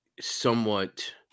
somewhat